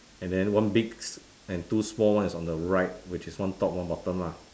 and then one big and two small one is on the right which is one top one bottom lah